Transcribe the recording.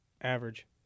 Average